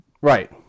Right